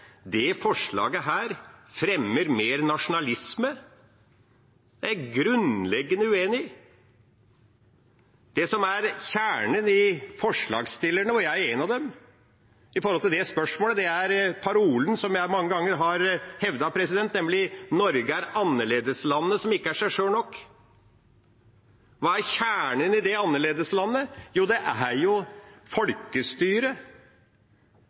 det offentlige, og som får sin beskjed fra Stortinget. Da å si at dette forslaget fremmer mer nasjonalisme, er jeg grunnleggende uenig i. Det som er kjernen for forslagsstillerne – og jeg er en av dem – når det gjelder det spørsmålet, er parolen som jeg mange ganger har hevdet, nemlig at Norge er annerledeslandet som ikke er seg sjøl nok. Hva er kjernen i dette annerledeslandet? Jo, det er